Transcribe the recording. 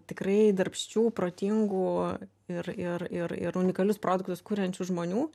tikrai darbščių protingų ir ir ir ir unikalius produktus kuriančių žmonių